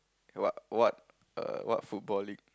what what err what football link